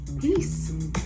Peace